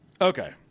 okay